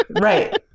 Right